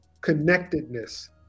connectedness